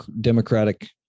democratic